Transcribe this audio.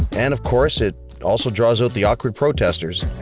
and, of course, it also draws out the awkward protestors.